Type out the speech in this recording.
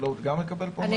החקלאות גם מקבל פה מענה?